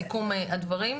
בסיכום הדברים.